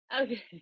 Okay